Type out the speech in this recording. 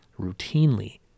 routinely